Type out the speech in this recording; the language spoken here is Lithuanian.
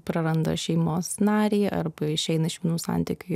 praranda šeimos narį arba išeina iš vienų santykių